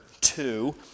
two